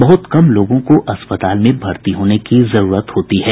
बहुत कम लोगों को अस्पताल में भर्ती होने की जरूरत पड़ती है